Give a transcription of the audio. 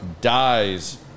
dies